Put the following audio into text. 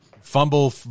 fumble